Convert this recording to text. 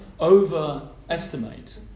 overestimate